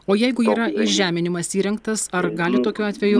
o jeigu yra žeminimas įrengtas ar gali tokiu atveju